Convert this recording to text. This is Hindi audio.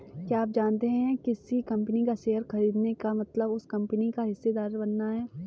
क्या आप जानते है किसी कंपनी का शेयर खरीदने का मतलब उस कंपनी का हिस्सेदार बनना?